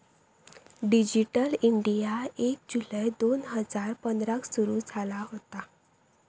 digital India एक जुलै दोन हजार पंधराक सुरू झाला होता